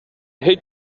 hate